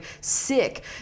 sick